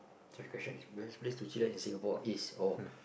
second question is best place to chill in Singapore is oh